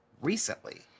recently